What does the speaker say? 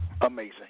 Amazing